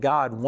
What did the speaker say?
God